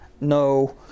No